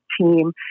team